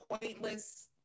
pointless